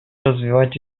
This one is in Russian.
развивать